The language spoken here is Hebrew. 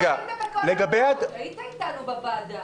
היית איתנו בוועדה.